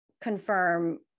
confirm